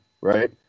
right